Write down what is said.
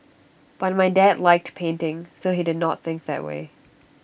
but my dad liked painting so he did not think that way